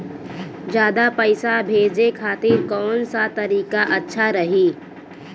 ज्यादा पईसा भेजे खातिर कौन सा तरीका अच्छा रही?